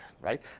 right